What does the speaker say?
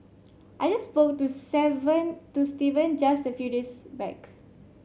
I just spoke to seven to Steven just a few days back